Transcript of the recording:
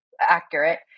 accurate